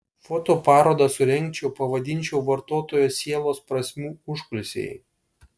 fotoparodą surengčiau pavadinčiau vartotojo sielos prasmių užkulisiai